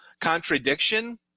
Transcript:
contradiction